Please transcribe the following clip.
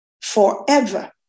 forever